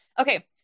okay